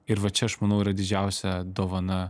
ir va čia aš manau yra didžiausia dovana